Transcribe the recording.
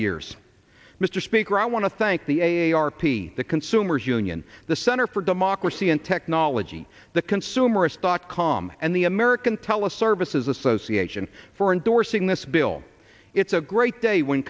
years mr speaker i want to thank the a a r p the consumers union the center for democracy and technology the consumerist dot com and the american teleservices association for endorsing this bill it's a great day when